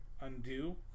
undo